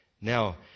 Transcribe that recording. Now